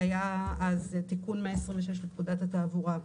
שהיה אז תיקון 126 לפקודת התעבורה.